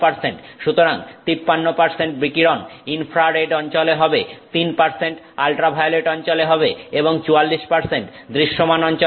সুতরাং 53 বিকিরণ ইনফ্রারেড অঞ্চলে হবে 3 আল্ট্রাভায়োলেট অঞ্চলে হবে এবং 44 দৃশ্যমান অঞ্চলে হবে